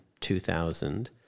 2000